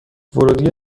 ورودیه